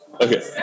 Okay